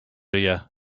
you